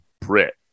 brit